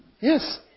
Yes